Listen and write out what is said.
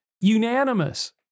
unanimous